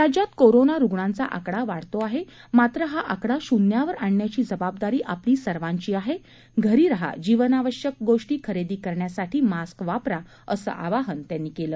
राज्यात कोरोना रुग्णांचा आकडा वाढतो आहे मात्र हा आकडा शून्यावर आणण्याची जबाबदारी आपली सर्वांची आहे घरी राहा जीवनावश्यक गोष्टी खरेदी करण्यासाठी मास्क वापरा असं आवाहन त्यांनी केलं